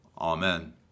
Amen